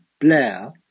Blair